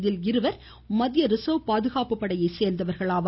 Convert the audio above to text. இதில் இரண்டு பேர் மத்திய ரிசர்வ் பாதுகாப்பு படையை சேர்ந்த வீரர்கள் ஆவர்